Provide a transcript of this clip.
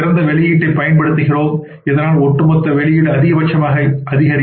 சிறந்த வெளியீட்டைப் பயன்படுத்துகிறோம் இதனால் ஒட்டுமொத்த வெளியீடு அதிகபட்சமாக அதிகரிக்கும்